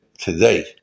today